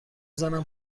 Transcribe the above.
زنم